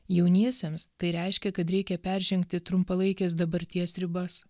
jauniesiems tai reiškia kad reikia peržengti trumpalaikės dabarties ribas